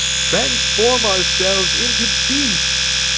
transform ourselves into beasts!